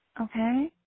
okay